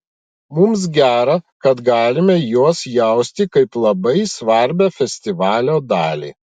mums gera kad galime juos jausti kaip labai svarbią festivalio dalį